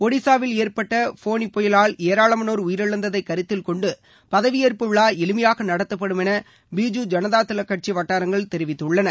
ஒடிசாவில் ஏற்பட்ட ஃபோனி பயலால் ஏராளமானோர் உயிரிழந்ததை கருத்தில்கொண்டு பதவியேற்பு விழா எளிமையாக நடத்தப்படும் என பிஜு ஜனதாதள கட்சி வட்டாரங்கள் தெரிவித்துள்ளன